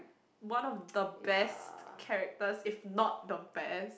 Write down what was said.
one of the best characters if not the best